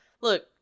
Look